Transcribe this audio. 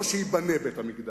לא שייבנה בית-המקדש,